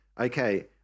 okay